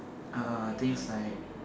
uh things like